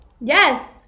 Yes